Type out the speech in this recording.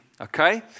Okay